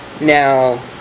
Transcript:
Now